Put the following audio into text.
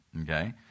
okay